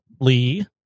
Lee